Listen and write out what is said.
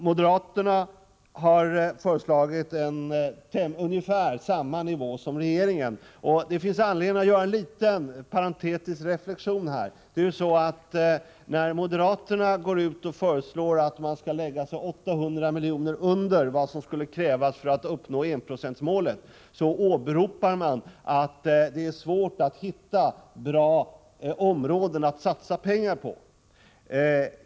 Moderaterna har föreslagit ungefär samma nivå på anslaget som regeringen, men här finns anledning att göra en liten reflexion. När moderaterna föreslår att vår u-hjälp skall uppgå till ett belopp som med 800 milj.kr. understiger enprocentsmålet, åberopar de att det är svårt att hitta bra områden att satsa pengar på.